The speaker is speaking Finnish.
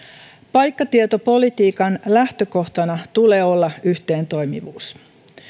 paikkatietopolitiikan lähtökohtana tulee olla yhteentoimivuus